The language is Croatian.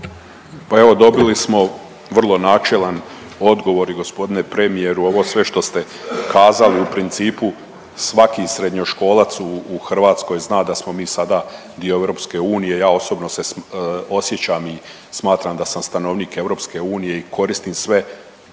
Pa evo dobili smo vrlo načelan odgovor i gospodine premijeru ovo sve što ste kazali u principu svaki srednjoškolac u Hrvatskoj zna da smo mi sada dio EU. Ja osobno se osjećam i smatram da sam stanovnik EU i koristim sve